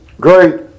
great